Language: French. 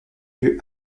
lieu